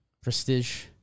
Prestige